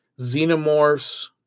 Xenomorphs